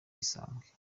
isange